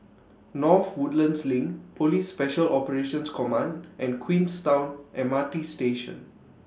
North Woodlands LINK Police Special Operations Command and Queenstown M R T Station